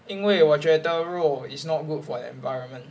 因为我觉得肉 is not good for the environment